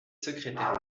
secrétaire